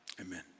amen